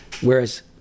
Whereas